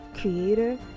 Creator